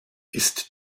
ist